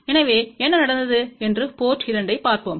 எனவே என்ன நடந்தது என்று போர்ட் 2 ஐப் பார்ப்போம்